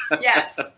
Yes